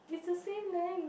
it's the same length